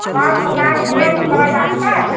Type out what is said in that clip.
अब आप बता रही हैं सत्रह लाख का